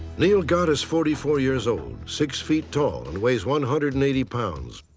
neil gott is forty four years old, six feet tall, and weighs one hundred and eighty pounds.